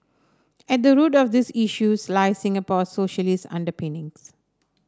at the root of these issues lie Singapore's socialists underpinnings